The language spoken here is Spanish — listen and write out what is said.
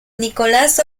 nicolás